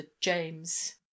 James